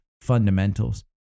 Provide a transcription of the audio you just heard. fundamentals